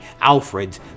Alfred